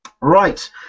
Right